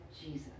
Jesus